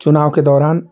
चुनाव के दौरान